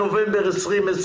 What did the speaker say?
11 בנובמבר 2020,